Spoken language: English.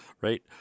right